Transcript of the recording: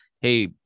Hey